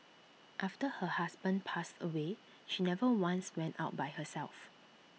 after her husband passed away she never once went out by herself